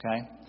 Okay